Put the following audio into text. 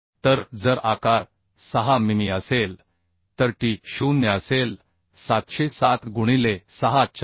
तर जर आकार 6 मिमी असेल तर टी 0 असेल 707 गुणिले 6 4